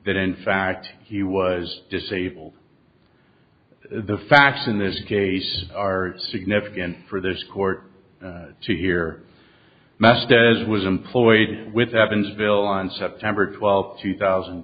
that in fact he was disabled the facts in this case are significant for this court to hear mest as was employed with evansville on september twelfth two thousand